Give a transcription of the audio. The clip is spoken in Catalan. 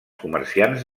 comerciants